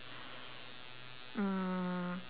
mm